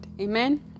Amen